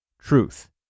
Truth